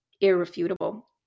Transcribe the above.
irrefutable